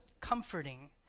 comforting